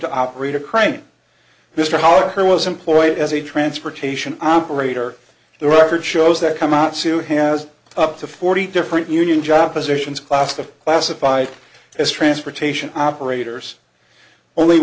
to operate a crane mr hart who was employed as a transportation operator the record shows that come out soon has up to forty different union job positions class the classified as transportation operators only